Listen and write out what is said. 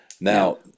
now